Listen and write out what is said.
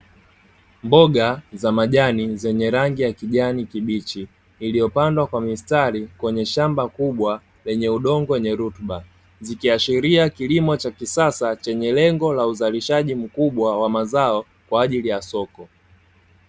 Mboga za majani zenye rangi ya kijani kibichi, iliyopandwa kwa mistari kwenye shamba kubwa lenye udongo wenye rutuba, zikiashiria kilimo cha kisasa chenye lengo la uzalishaji mkubwa wa mazao kwa ajili ya soko.